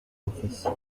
office